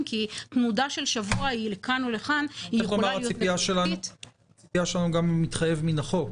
כי תנודה של שבוע לכאן או לכאן --- זה גם מתחייב מהחוק,